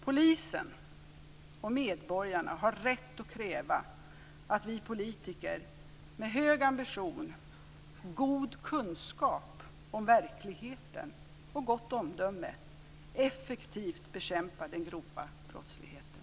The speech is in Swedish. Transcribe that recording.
Polisen och medborgarna har rätt att kräva att vi politiker med hög ambition, god kunskap om verkligheten och gott omdöme effektivt bekämpar den grova brottsligheten.